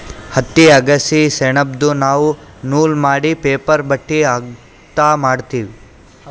ಹತ್ತಿ ಅಗಸಿ ಸೆಣಬ್ದು ನಾವ್ ನೂಲ್ ಮಾಡಿ ಪೇಪರ್ ಬಟ್ಟಿ ಹಗ್ಗಾ ಮಾಡ್ತೀವಿ